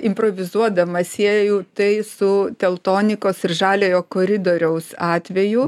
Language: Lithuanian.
improvizuodama sieju tai su teltonikos ir žaliojo koridoriaus atveju